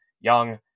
Young